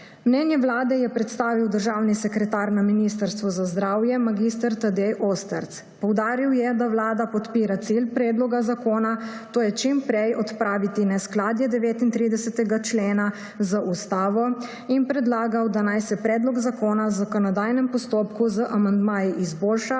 Mnenje Vlade je predstavil državni sekretar na Ministrstvu za zdravje mag. Tadej Ostrc. Poudaril je, da Vlada podpira cilj predloga zakona, to je čim prej odpraviti neskladje 39. člena z ustavo, in predlagal, da naj se predlog zakona v zakonodajnem postopku z amandmaji izboljša